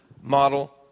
model